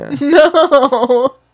no